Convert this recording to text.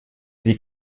die